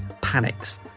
panics